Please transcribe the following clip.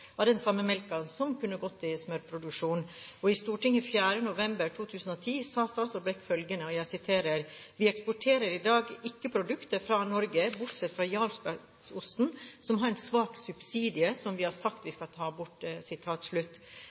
av den samme melken som kunne gått til smørproduksjon. I Stortinget den 4. november 2009 sa statsråden følgende: «Vi eksporterer i dag ikke produkter fra Norge, bortsett fra jarlsbergosten, som har en svak subsidie som vi har sagt at vi skal ta bort.»